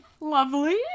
Lovely